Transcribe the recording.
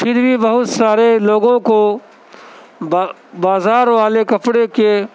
پھر بھی بہت سارے لوگوں کو با بازار والے کپڑے کے